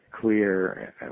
clear